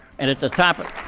and at the top of